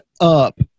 up